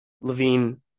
Levine